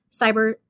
cyber